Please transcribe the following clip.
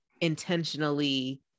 intentionally